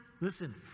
listen